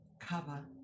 cover